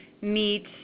meet